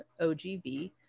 OGV